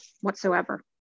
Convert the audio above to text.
whatsoever